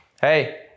Hey